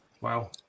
Wow